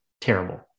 terrible